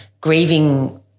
grieving